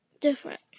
different